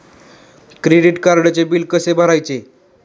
Credit कार्डचे bill कसे भरायचे?